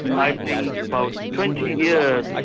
i think about twenty yeah